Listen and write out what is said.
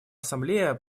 ассамблея